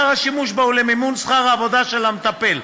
עיקר השימוש בה הוא למימון שכר העבודה של המטפל.